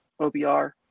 OBR